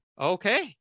okay